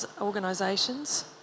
organisations